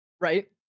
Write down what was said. Right